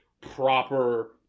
proper